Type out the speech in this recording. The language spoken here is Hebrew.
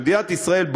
במדינת ישראל,